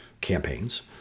campaigns